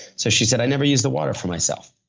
so she said, i never use the water for myself.